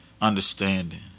Understanding